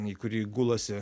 į kurį gulasi